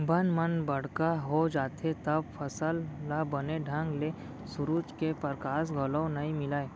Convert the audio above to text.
बन मन बड़का हो जाथें तव फसल ल बने ढंग ले सुरूज के परकास घलौ नइ मिलय